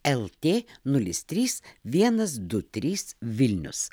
lt nulis trys vienas du trys vilnius